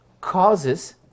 causes